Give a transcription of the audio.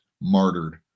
martyred